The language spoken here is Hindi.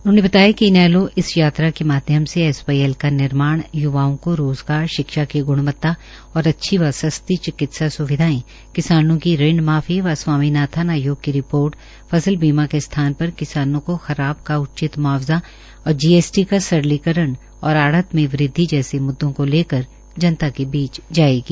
उन्होंने बताया कि इनैलो इस यात्रा के माध्यम से एसवाईएल का निर्माण य्वाओं केा रोजगार शिक्षा की गुणवत्ता और अच्छी व सस्ती चिकित्सा स्विधायें किसानों की ऋण माफी व स्वामीनाथन आयोग की रिपोर्ट फसल बीमा के स्थान पर किसानों को खराब का उचित मुआवजा और जीएसटी की सरलीकरण और आढ़त में वृद्वि जैसे मुद्दों को लेकर जनता के बीच जायेगी